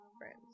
Friends